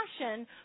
passion